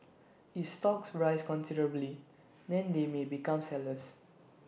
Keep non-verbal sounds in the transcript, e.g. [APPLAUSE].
[NOISE] if stocks rise considerably then they may become sellers